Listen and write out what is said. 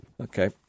Okay